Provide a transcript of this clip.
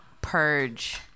purge